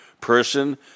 person